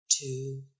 two